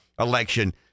election